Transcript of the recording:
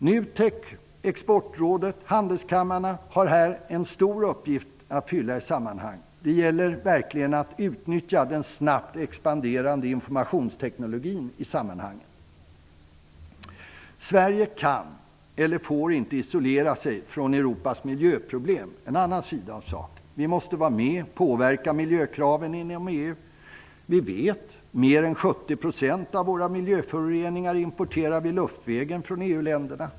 NUTEK, Exportrådet och handelskamrarna har här en stor uppgift att fylla. Det gäller verkligen att utnyttja den snabbt expanderande informationsteknologin. Sverige kan inte och får inte isolera sig ifrån Europas miljöproblem. Det är en annan sida av saken. Vi måste vara med och påverka miljökraven inom EU. Vi vet att vi importerar mer än 70 % av miljöföroreningar luftvägen från EU-länderna.